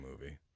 movie